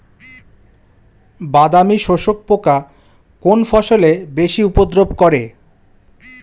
বাদামি শোষক পোকা কোন ফসলে বেশি উপদ্রব করে?